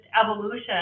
evolution